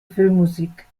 filmmusik